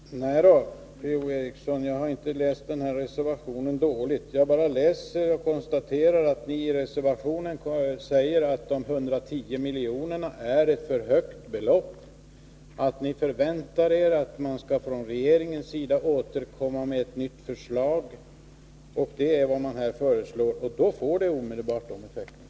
Fru talman! Nej då, Per-Ola Eriksson, jag har inte läst reservationen dåligt. Jag bara läser och konstaterar att ni i reservationen säger att 110 milj.kr. är ett för högt belopp och att ni förväntar er att regeringen skall återkomma med ett nytt förslag. Det är vad ni här föreslår, och det får omedelbart de nämnda effekterna.